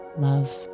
love